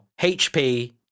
hp